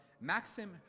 Maxim